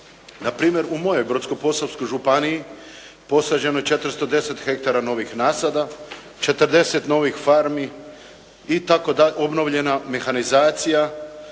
Npr. u mojoj Brodsko-posavskoj županiji posađeno je 410 hektara novih nasada, 40 novih farmi, obnovljena mehanizacija.